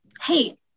hey